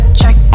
check